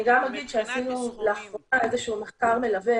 אני גם אגיד שעשינו לאחרונה איזה שהוא מחקר מלווה